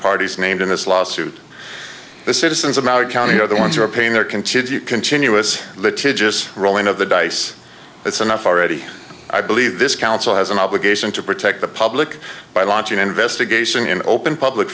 parties named in this lawsuit the citizens of our county are the ones who are paying their continued continuous the to just rolling of the dice it's enough already i believe this council has an obligation to protect the public by launching investigation in an open public